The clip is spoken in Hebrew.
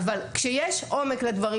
כשיש עומק לדברים,